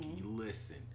listen